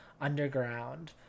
underground